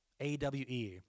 A-W-E